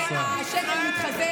הינה, הבורסה עולה, הינה, השקל מתחזק.